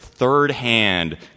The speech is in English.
Third-hand